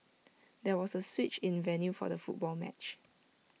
there was A switch in the venue for the football match